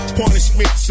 punishment